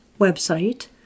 website